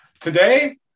Today